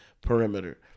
perimeter